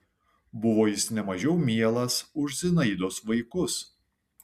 buvo jis ne mažiau mielas už zinaidos vaikus